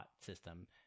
system